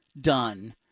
done